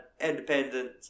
independent